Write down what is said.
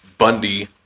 Bundy